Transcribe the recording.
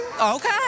okay